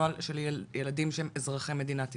הנוהל של ילדים שהם אזרחי מדינת ישראל.